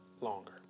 longer